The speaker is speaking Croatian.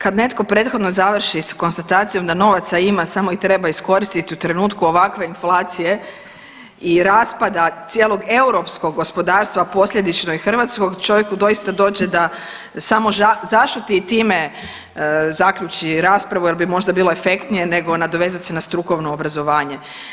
Kad netko prethodno završi sa konstatacijom da novaca ima samo ih treba iskoristiti u trenutku ovakve inflacije i raspada cijelog europskog gospodarstva posljedično i hrvatskog čovjeku doista dođe da samo zažuti i time zaključi raspravu jer bi možda bilo efektnije nego nadovezat se na strukovno obrazovanje.